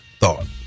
thought